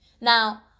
now